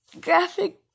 graphic